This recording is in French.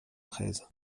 treize